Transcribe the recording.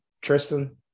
tristan